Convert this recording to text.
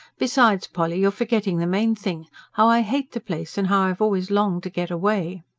besides, polly, you're forgetting the main thing how i hate the place, and how i've always longed to get away.